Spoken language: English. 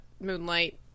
Moonlight